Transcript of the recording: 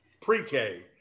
Pre-K